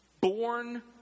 born